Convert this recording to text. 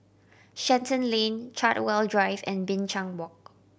Shenton Lane Chartwell Drive and Binchang Walk